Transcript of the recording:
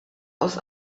aus